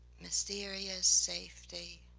mysterious safety,